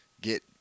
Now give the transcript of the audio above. get